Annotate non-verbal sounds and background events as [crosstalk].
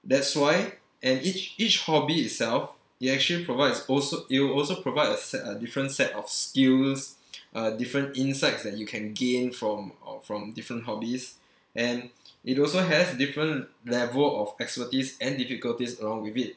that's why and each each hobby itself it actually provide als~ it will also provide a set uh different set of skills [noise] uh different insights that you can gain from uh from different hobbies and it also has different level of expertise and difficulties along with it